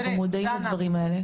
אנחנו מודעים לדברים האלה.